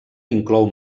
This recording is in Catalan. inclou